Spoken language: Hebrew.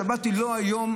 השבת היא לא היום.